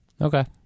Okay